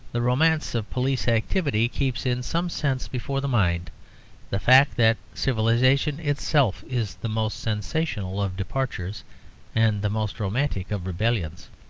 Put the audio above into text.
the romance of police activity keeps in some sense before the mind the fact that civilization itself is the most sensational of departures and the most romantic of rebellions.